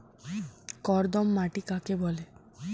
কর্দম মাটি কাকে বলে?